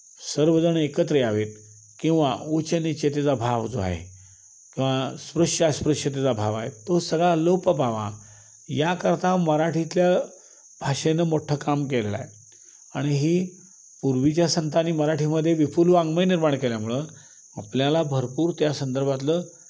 सर्वजण एकत्र यावेत किंवा उच्च नीचतेचा भाव जो आहे किंवा स्पृश्य अस्पृश्यतेचा भाव आहे तो सगळा लोप पावावा याकरता मराठीतल्या भाषेनं मोठ्ठं काम केलेलं आहे आणि ही पूर्वीच्या संतांनी मराठीमध्ये विपुल वाङ्मय निर्माण केल्यामुळं आपल्याला भरपूर त्या संदर्भातलं